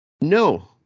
No